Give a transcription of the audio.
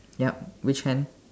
ya which hand